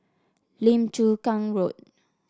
Lim Chu Kang Road